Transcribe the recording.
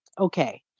Okay